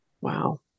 Wow